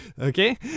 Okay